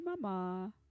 Mama